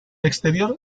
exterior